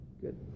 good